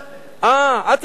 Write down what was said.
את יכולה לספר לי,